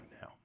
now